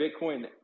Bitcoin